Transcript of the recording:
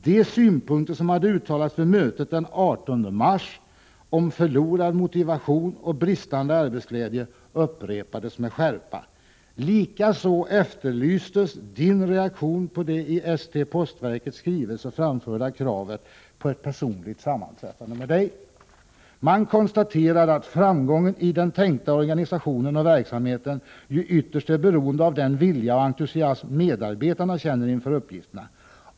De synpunkter som hade uttalats vid mötet den 18 mars om förlorad motivation och bristande arbetsglädje upprepades med skärpa. Likaså efterlystes Din reaktion på det i ST-Postverkets skrivelse framförda kravet på ett personligt sammanträffande med Dig. Man konstaterade att framgången i den tänkta organisationen och verksamheten ju ytterst är beroende av den vilja och entusiasm medarbetarna känner inför uppgifterna.